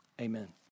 amen